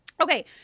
Okay